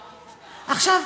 עכשיו,